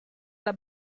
alla